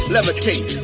Levitate